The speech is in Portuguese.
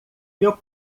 meu